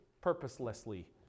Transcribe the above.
purposelessly